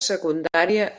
secundària